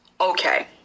Okay